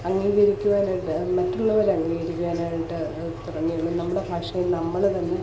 അംഗീകരിക്കുവാനായിട്ട് മറ്റുള്ളവർ അംഗീകരിക്കാനായിട്ട് തുടങ്ങുകയേ ഉള്ളൂ നമ്മുടെ ഭാഷയെ നമ്മൾ തന്നെ